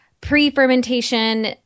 pre-fermentation